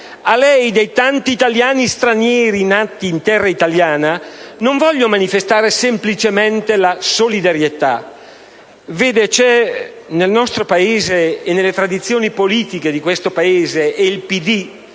simbolo dei tanti italiani stranieri nati in terra italiana, non voglio manifestare semplicemente la solidarietà. Vede, nel nostro Paese e nelle tradizioni politiche di questo Paese - e